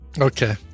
Okay